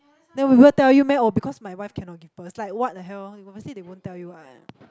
then we will tell you meh oh because my wife cannot give birth is like what the hell obviously they won't tell you one